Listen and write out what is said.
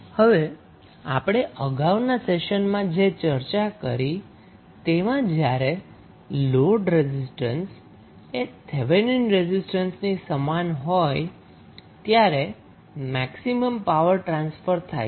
હવે આપણે અગાઉના સેશનમાં જે ચર્ચા કરી તેમાં જ્યારે લોડ રેઝિસ્ટન્સએ થેવેનિન રેઝિસ્ટન્સની સમાન હોય ત્યારે મેક્સિમમપાવર ટ્રાન્સફર થાય છે